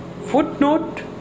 footnote